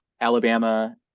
Alabama